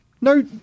no